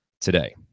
today